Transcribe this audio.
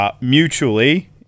mutually